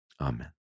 Amen